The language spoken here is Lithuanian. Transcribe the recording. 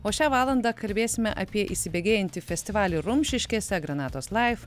o šią valandą kalbėsime apie įsibėgėjantį festivalį rumšiškėse granatos laif